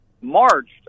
marched